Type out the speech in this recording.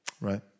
Right